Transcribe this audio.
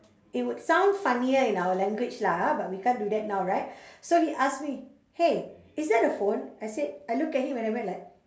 it would sound funnier in our language lah ha but we can't do that now right so he ask me !hey! is that a phone I said I look at him and I went like